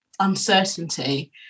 uncertainty